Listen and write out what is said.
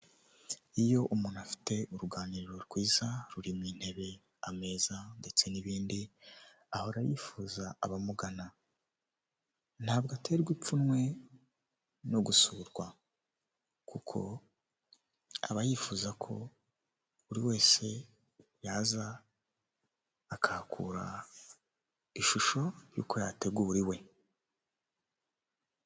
Iyo umuntu afite uruganiriro rwiza ruma intebe, ameza ndetse n'ibindi, ahora yifuza abamugana, ntabwo aterwa ipfunwe no gusurwa, kuko aba yifuza ko buri wese yaza akakura ishusho y'uko yateguri iwe.